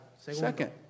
Second